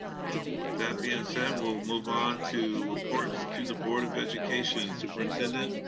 with that being said, we'll move on to reports to the board of education. superintendent.